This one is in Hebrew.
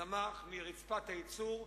שצמח מרצפת הייצור,